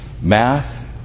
math